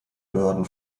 behörden